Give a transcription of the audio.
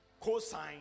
cosine